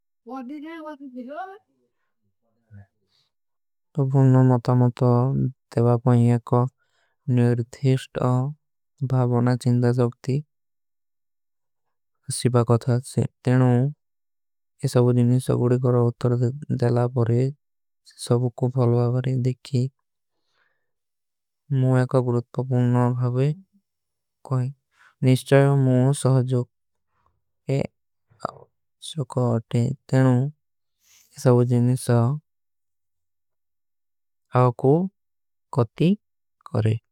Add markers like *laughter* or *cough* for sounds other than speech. *noise* ପପୂନ୍ଯୋଂ ମତା ମତା ଦେଵା ଭାଈ ଏକ ନିର୍ଧିଷ୍ଟ। ଭାଵନା ଚିଂଦା ଜଗତୀ ଶିଵା ଗଧା ଅଚ୍ଛେ ତେନୋଂ ଯେ ସବୋଂ। ଜୀନୀ ସବୋଡୀ କର ଉତ୍ତର ଦେଲା ବଡେ ସବୋଂ କୋ ଫଲଵା। ବଡେ ଦେଖୀ ମୁ ଏକ ଗୁରତ୍ପ ପପୂନ୍ଯୋଂ ଭାଵେ କୋଈ ନିର୍ଧିଷ୍ଟ। ଜଗତୀ ଶିଵା ଗଧା *hesitation* ଏକ ନିର୍ଧିଷ୍ଟ। ଭାଵନା ଚିଂଦା ଜଗତୀ ଶିଵା ଦେଲା ବଡେ।